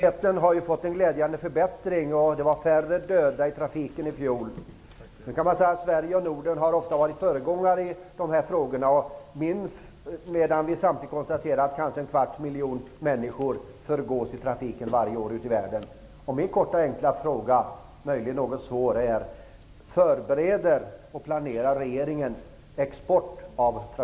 Trafiksäkerheten har glädjande nog förbättrats. Det var färre döda i trafiken i fjol. Sverige och Norden har ofta har varit föregångare i dessa frågor. Samtidigt kan vi konstatera att kanske en kvarts miljon människor förgås i trafiken varje år ute i världen. Min korta och enkla -- möjligen ändå något svåra